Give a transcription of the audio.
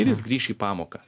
ir jis grįš į pamoką